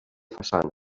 façana